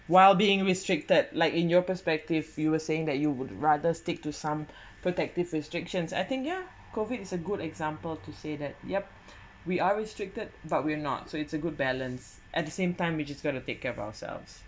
while being restricted like in your perspective you were saying that you would rather stick to some protective restrictions I think yeah COVID is a good example to say that yup we are restricted but we're not so it's a good balance at the same time we just going to take care of ourselves